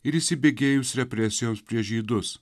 ir įsibėgėjus represijoms prieš žydus